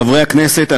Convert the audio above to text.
חברי הכנסת,